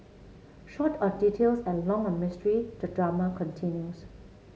short on details and long on mystery the drama continues